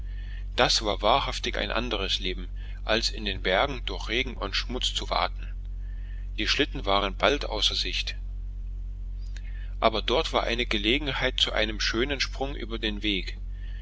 das war wahrhaftig ein anderes leben als in bergen durch regen und schmutz zu waten die schlitten waren bald außer sicht aber dort war gelegenheit zu einem schönen sprung über den weg